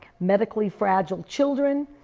medically fragile children,